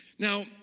Now